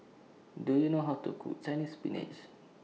Do YOU know How to Cook Chinese Spinach